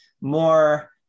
more